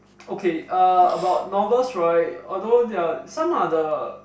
okay uh about novels right although there are some are the